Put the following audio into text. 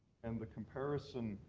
and the comparison